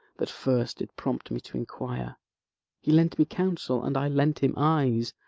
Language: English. that first did prompt me to enquire he lent me counsel, and i lent him eyes.